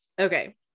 Okay